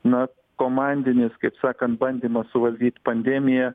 na komandinis kaip sakant bandymas suvaldyt pandemiją